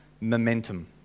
momentum